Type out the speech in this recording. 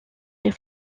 les